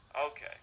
Okay